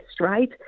right